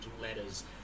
letters